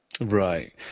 right